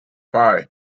phi